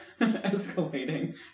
escalating